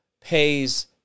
pays